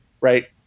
Right